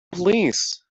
police